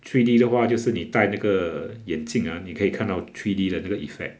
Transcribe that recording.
three D 的话就是你戴哪个眼镜 ah 你可以看到 three D 的那个 effect